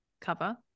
cover